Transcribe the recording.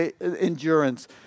endurance